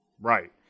Right